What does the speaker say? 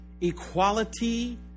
equality